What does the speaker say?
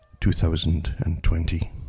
2020